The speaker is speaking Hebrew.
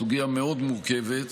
זו סוגיה מאוד מורכבת,